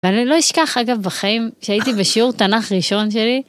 ואני לא אשכח אגב בחיים שהייתי בשיעור תנ״ך ראשון שלי.